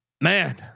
man